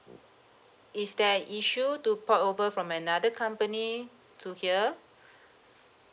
is there an issue to port over from another company to here